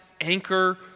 anchor